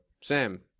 Sam